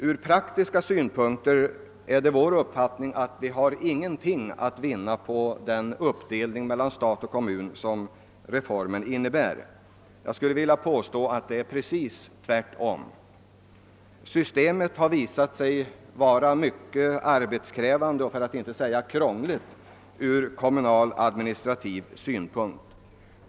Det är vår uppfattning att man från praktiska synpunkter inte har något att vinna med en sådan uppdelning av kostnaderna mellan stat och kommun som reformen innebär. Jag skulle vilja påstå att det i stället är tvärtom. Systemet har visat sig vara mycket arbetskrävande för att inte säga krångligt sett ur kommunal administrativ synpunkt.